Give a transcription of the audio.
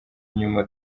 nyuma